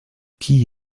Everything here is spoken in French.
qui